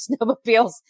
snowmobiles